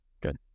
Good